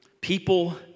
people